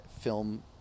film